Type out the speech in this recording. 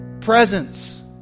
presence